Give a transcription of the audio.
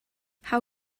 how